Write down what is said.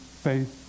faith